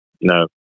No